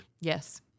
Yes